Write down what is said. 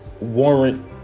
warrant